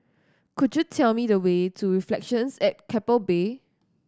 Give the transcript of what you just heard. could you tell me the way to Reflections at Keppel Bay